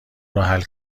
روحل